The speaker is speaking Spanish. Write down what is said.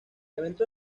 evento